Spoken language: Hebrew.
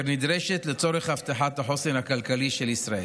אשר נדרשת לצורך הבטחת החוסן הכלכלי של ישראל.